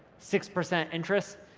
six percent interest,